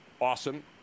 Awesome